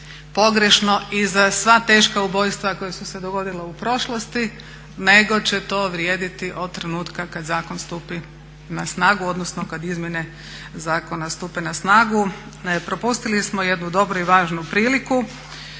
pogrešno i za sva teška ubojstva koja su se dogodila u prošlosti nego će to vrijediti od trenutka kad zakon stupi na snagu odnosno kad izmjene zakona stupe na snagu. Propustili smo jednu dobru i važnu priliku,